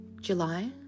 July